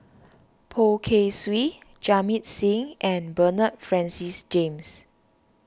Poh Kay Swee Jamit Singh and Bernard Francis James